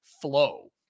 flow